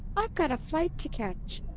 i've got a flight to catch.